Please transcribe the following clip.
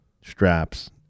straps